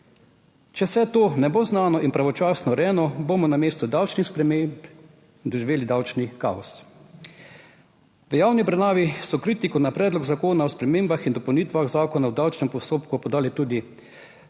Če vse to ne bo znano in pravočasno urejeno, bomo namesto davčnih sprememb doživeli davčni kaos. V javni obravnavi so kritiko na predlog zakona o spremembah in dopolnitvah zakona o davčnem postopku podali tudi